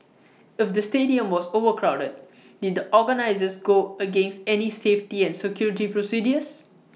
if the stadium was overcrowded did the organisers go against any safety and security procedures